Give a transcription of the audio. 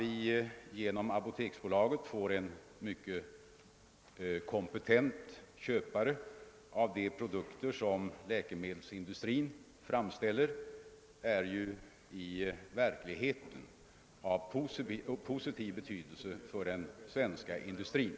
Vi får genom apoteksbolaget en mycket kompetent inköpare av de produkter som läkemedelsindustrin framställer, och det är i själva verket en positiv sak för den svenska industrin.